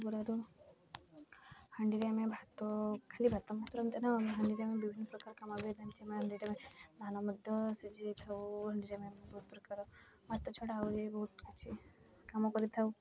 ଗରା ରୁ ହାଣ୍ଡିରେ ଆମେ ଭାତ ଖାଲି ଭାତ ମଧ୍ୟ କରନ୍ତି ନା ହାଣ୍ଡିରେ ଆମେ ବିଭିନ୍ନ ପ୍ରକାର କାମ କରିଥାନ୍ତି ଆମେ ହାଣ୍ଡିରେ ଆମେ ଧାନ ମଧ୍ୟ ସିଝେଇଥାଉ ହାଣ୍ଡିରେ ଆମେ ବହୁତ ପ୍ରକାର ଭାତ ଛଡ଼ା ଆଉ ବହୁତ କିଛି କାମ କରିଥାଉ